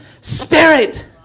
Spirit